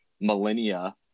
millennia